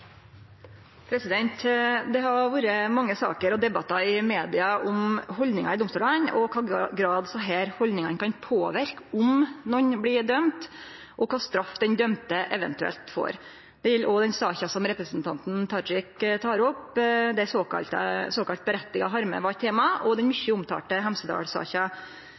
oppfølgingsspørsmål. Det har vore mange saker og debattar i media om haldningar i domstolane og i kva grad desse haldningane kan påverke om nokon blir dømde og kva straff den dømde eventuelt får. Det gjeld òg den saka som representanten Tajik tek opp, der såkalla «berettiget harme» var eit tema, og den mykje omtalte